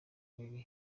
emery